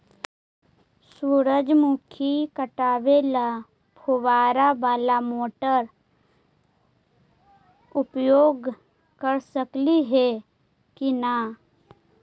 सुरजमुखी पटावे ल फुबारा बाला मोटर उपयोग कर सकली हे की न?